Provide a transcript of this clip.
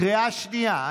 קריאה שנייה.